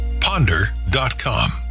ponder.com